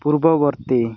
ପୂର୍ବବର୍ତ୍ତୀ